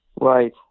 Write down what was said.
Right